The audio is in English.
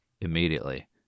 immediately